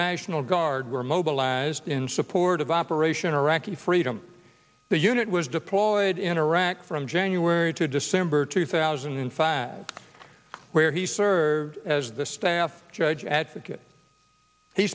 national guard were mobilized in support of operation iraqi freedom the unit was deployed in iraq from jan you married to december two thousand and five where he served as the staff judge advocate he